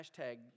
hashtag